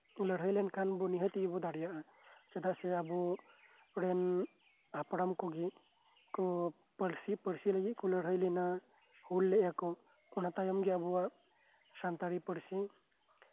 ᱞᱟᱹᱲᱦᱟᱹ ᱞᱮᱱᱠᱷᱟᱱ ᱱᱤᱦᱟᱹᱛ ᱜᱮᱵᱚᱱ ᱫᱟᱲᱮᱭᱟᱜᱼᱟ ᱪᱮᱫᱟᱜ ᱥᱮ ᱟᱵᱚ ᱨᱮᱱ ᱦᱟᱯᱲᱟᱢ ᱠᱚᱜᱮ ᱠᱚ ᱯᱟᱹᱨᱥᱤ ᱞᱟᱹᱜᱤᱫ ᱠᱚ ᱞᱟᱹᱲᱦᱟᱹᱭ ᱞᱮᱱᱟ ᱦᱩᱞ ᱞᱮᱫᱟ ᱚᱱᱟ ᱞᱟᱹᱜᱤᱫ ᱟᱵᱚᱣᱟᱜ ᱥᱟᱱᱛᱟᱲᱤ ᱯᱟᱹᱨᱥᱤ